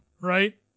right